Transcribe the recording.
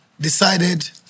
Decided